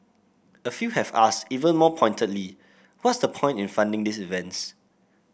a few have asked even more pointedly what's the point in funding these events